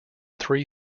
three